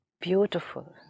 Beautiful